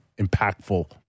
impactful